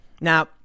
Now